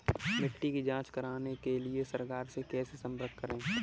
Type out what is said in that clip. मिट्टी की जांच कराने के लिए सरकार से कैसे संपर्क करें?